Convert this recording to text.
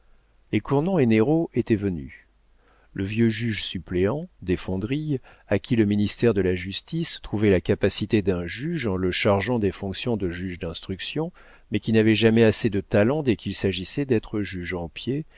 les cournant et néraud étaient venus le vieux juge-suppléant desfondrilles à qui le ministère de la justice trouvait la capacité d'un juge en le chargeant des fonctions de juge dinstruction mais qui n'avait jamais assez de talent dès qu'il s'agissait d'être juge en